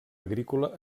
agrícola